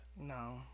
No